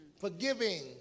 forgiving